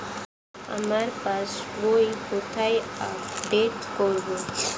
আমার পাস বই কোথায় আপডেট করব?